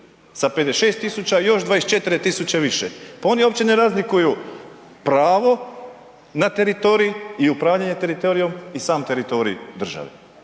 Sa 56 tisuća, još 24 tisuće više. Pa oni uopće ne razlikuju pravo na teritorij i upravljanje teritorijem i sam teritorij države.